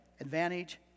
advantage